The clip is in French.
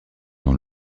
dans